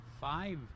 five